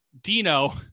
Dino